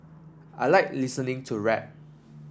I like listening to rap